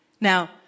Now